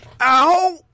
Ow